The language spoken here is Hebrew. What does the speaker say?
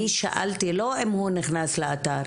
אני שאלתי לא אם הוא נכנס לאתר,